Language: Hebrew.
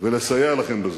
ולסייע לכם בזה.